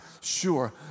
sure